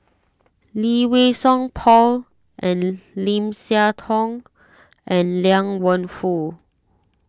Lee Wei Song Paul and Lim Siah Tong and Liang Wenfu